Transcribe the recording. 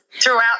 Throughout